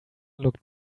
looked